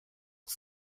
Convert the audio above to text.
que